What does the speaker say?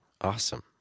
Awesome